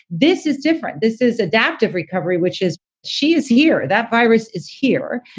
this is different. this is adaptive recovery, which is she is year. that virus is here.